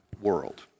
world